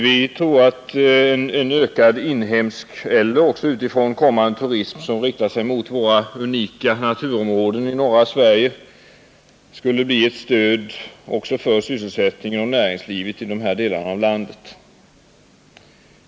Vi tror att en ökad inhemsk eller utifrån kommande turism som riktar sig mot våra unika naturområden i norra Sverige skulle bli ett stöd för betalningsbalansen men också för sysselsättningen och näringslivet i berörda landsdelar.